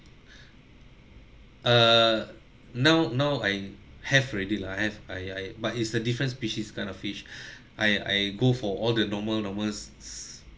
err now now I have already lah I have I I but is a different species kind of fish I I go for all the normal normal